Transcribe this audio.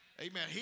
Amen